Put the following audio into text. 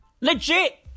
Legit